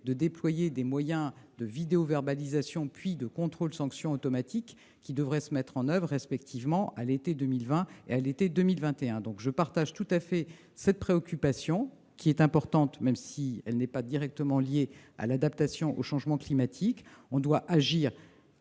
de déployer des moyens de vidéoverbalisation, puis de contrôle-sanction automatiques, qui devraient se mettre en oeuvre respectivement à l'été 2020 et à l'été 2021. Je partage tout à fait votre préoccupation, qui est importante, même si elle n'est pas directement liée à l'adaptation au changement climatique. Nous devons agir